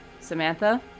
Samantha